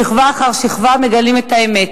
שכבה אחר שכבה מגלים את האמת.